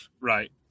Right